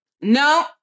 No